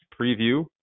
preview